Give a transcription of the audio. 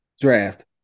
draft